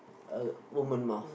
uh woman mouth